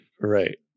right